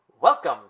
Welcome